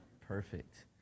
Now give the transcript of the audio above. Perfect